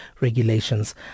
regulations